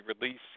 release